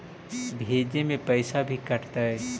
भेजे में पैसा भी कटतै?